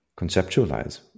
conceptualize